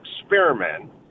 experiment